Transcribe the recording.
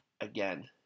again